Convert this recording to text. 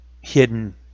hidden